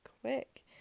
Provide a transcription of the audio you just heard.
quick